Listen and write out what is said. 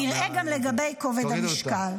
-- נראה גם לגבי כובד המשקל.